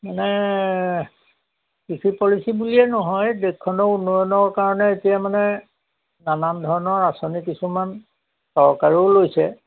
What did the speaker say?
মানে কৃষি পলিচী বুলিয়েই নহয় দেশখনৰ উন্নয়নৰ কাৰণে এতিয়া মানে নানান ধৰণৰ আঁচনি কিছুমান চৰকাৰেও লৈছে